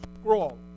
scroll